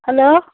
hello